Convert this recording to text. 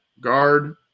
guard